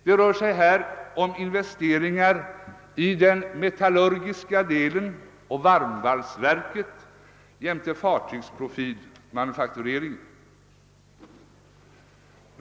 Det rör sig här om investeringar i den metallurgiska delen av varmvalsverket jämte fartygsprofilmanufakturering.